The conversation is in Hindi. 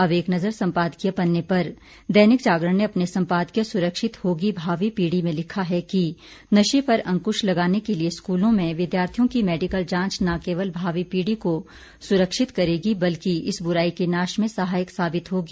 अब एक नज़र संपादकीय पन्ने पर दैनिक जागरण ने अपने संपादकीय सुरक्षित होगी भावी पीढ़ी में लिखा है कि नशे पर अंकुश लगाने के लिए स्कूलों में विद्यार्थियों की मेडिकल जांच न केवल भावी पीढ़ी को सुरक्षित करेगी बल्कि इस बुराई के नाश में सहायक साबित होगी